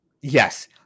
Yes